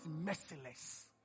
merciless